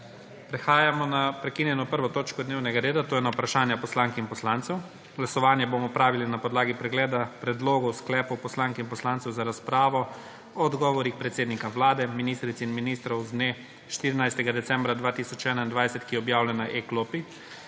Prehajamo na prekinjeno 1. točko dnevnega reda, to je na Vprašanja poslank in poslancev. Glasovanje bomo opravili na podlagi pregleda predlogov sklepov poslank in poslancev za razpravo o odgovorih predsednika Vlade, ministric in ministrov z dne 14. decembra 2021, ki je objavljen na e-klopi.